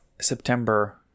September